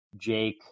Jake